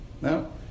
Now